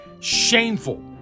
Shameful